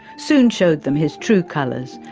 soon showed them his true colours,